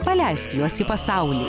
paleisk juos į pasaulį